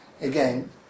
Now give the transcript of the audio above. Again